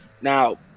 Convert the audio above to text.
Now